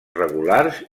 regulars